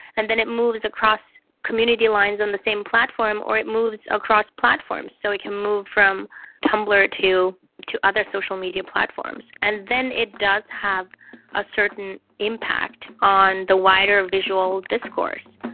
and then it moves across community lines on the same platform or it moves across platforms. so it can move from tumblr to to other social media platforms. and then it does have a certain impact on the wider visual discourse.